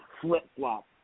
flip-flop